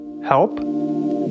Help